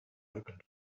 opened